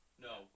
No